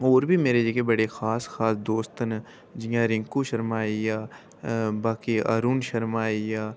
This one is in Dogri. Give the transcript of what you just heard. होर बी मेरे जेह्के बड़े खास खास दोस्त न जि'यां रिंकू शर्मा होई गेआ अ बाकी अरूण शर्मा आई गेआ